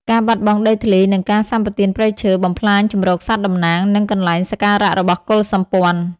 ការបាត់បង់ដីធ្លី និងការសម្បទានព្រៃឈើ បំផ្លាញជម្រកសត្វតំណាង និងកន្លែងសក្ការៈរបស់កុលសម្ព័ន្ធ។